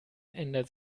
ändert